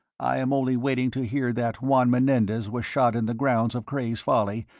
i am only waiting to hear that juan menendez was shot in the grounds of cray's folly,